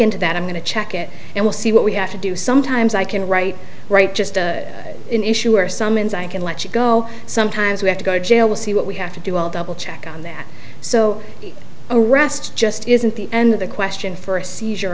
into that i'm going to check it and we'll see what we have to do sometimes i can write right just an issue or summons i can let you go sometimes you have to go to jail see what we have to do all double check on that so arrest just isn't the end of the question for a seizure